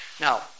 Now